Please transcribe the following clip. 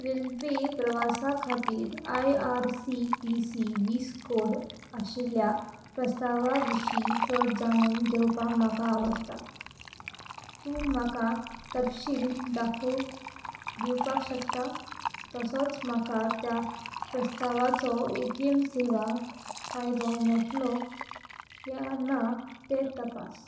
railway प्रवासा खातीर I R C T C वीस कोड आशिल्ल्या प्रस्तावा विशीं चड जाणून घेवपाक म्हाका आवडटा तूं म्हाका तपशील दाखो दिवपाक शकता तसोच म्हाका त्या प्रस्तावाचो ए टी एम सेवा फायदो मेळटलो या ना तें तपास